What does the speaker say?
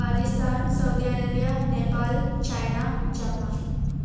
Pakistan Saudi Arabia Nepal China Japan